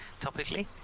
topically